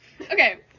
okay